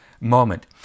moment